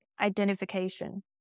identification